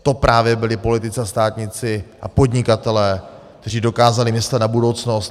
To právě byli politici a státníci a podnikatelé, kteří dokázali myslet na budoucnost.